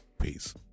peace